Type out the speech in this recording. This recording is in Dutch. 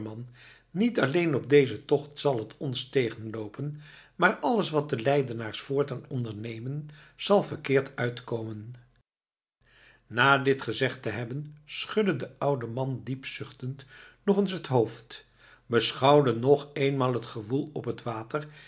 niet alleen op dezen tocht zal het ons tegenloopen maar alles wat de leidenaars voortaan ondernemen zal verkeerd uitkomen na dit gezegd te hebben schudde de oude man diep zuchtend nog eens het hoofd beschouwde nog eenmaal het gewoel op het water